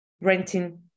renting